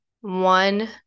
one